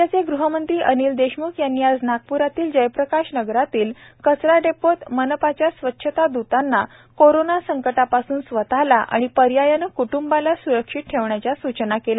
राज्याचे गृहमंत्री अनिल देशमुख यांनी आज नागप्रातील जयप्रकाश नगरातील कचरा डेपोत मनपाच्या स्वच्छताद्रतांना कोरोना संकटापासून स्वतला आणि पर्यायाने कृट्रंबाला सूरक्षित ठेवण्याच्या सूचना केल्या